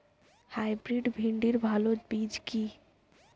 Hybrid ভিন্ডির ভালো বীজ কি?